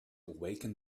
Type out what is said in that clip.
awaken